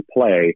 play